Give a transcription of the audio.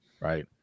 Right